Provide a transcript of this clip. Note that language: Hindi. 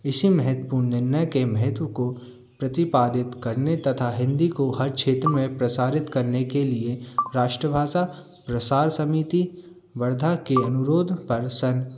इसी महत्वपूर्ण निर्णय के महत्व को प्रतिपादित करने तथा हिंदी को हर क्षेत्र में प्रसारित करने के लिए राष्ट्रभाषा प्रसार समिति वर्धा के के अनुरोध पर सन